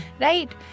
right